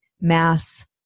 Math